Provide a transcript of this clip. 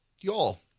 Y'all